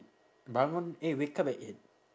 bangun eh wake up at eight